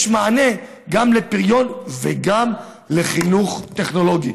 יש מענה גם לפריון וגם לחינוך טכנולוגי.